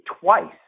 twice